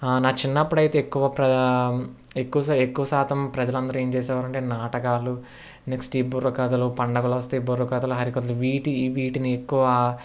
నా చిన్నప్పుడు అయితే ఎక్కువ ఎక్కువ ఎక్కువ శాతం ప్రజలందరూ ఏం చేసేవారంటే నాటకాలు నెక్స్ట్ ఈ బుర్రకథలు పండగలు వస్తే ఈ బుర్రకథలు హరికథలు వీటి వీటిని ఎక్కువ